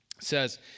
says